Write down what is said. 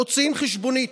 הם מוציאים חשבונית.